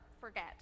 forget